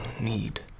need